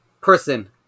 person